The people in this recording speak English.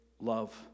love